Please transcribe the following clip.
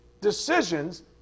decisions